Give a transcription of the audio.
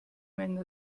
meinen